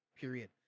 period